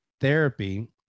Therapy